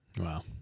Wow